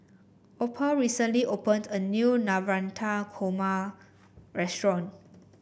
Opal recently opened a new Navratan Korma restaurant